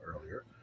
earlier